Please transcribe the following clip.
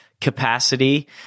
capacity